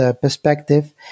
perspective